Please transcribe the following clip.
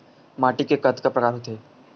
माटी के कतका प्रकार होथे?